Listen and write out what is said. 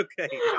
okay